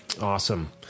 Awesome